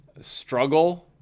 struggle